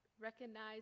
recognize